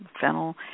fennel